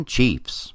Chiefs